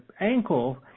ankle